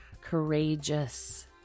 courageous